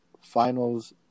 finals